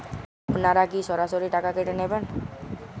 আপনারা কি সরাসরি টাকা কেটে নেবেন?